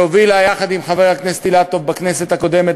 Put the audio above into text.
שהובילה את החוק יחד עם חבר הכנסת אילטוב בכנסת הקודמת,